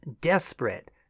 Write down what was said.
desperate